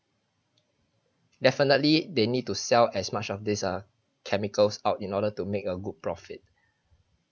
definitely they need to sell as much of this uh chemicals out in order to make a good profit